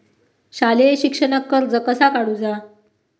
शालेय शिक्षणाक कर्ज कसा काढूचा?